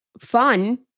fun